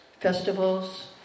festivals